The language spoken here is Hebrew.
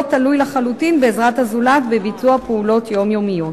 תלוי לחלוטין בעזרת הזולת בביצוע פעולות יומיומיות.